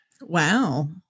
Wow